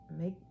make